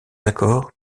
accords